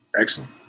Excellent